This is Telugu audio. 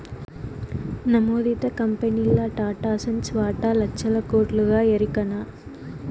నమోదిత కంపెనీల్ల టాటాసన్స్ వాటా లచ్చల కోట్లుగా ఎరికనా